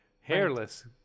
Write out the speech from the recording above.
hairless